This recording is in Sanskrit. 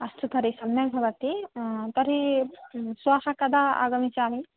अस्तु तर्हि सम्यक् भवति तर्हि श्वः कदा आगमिष्यामि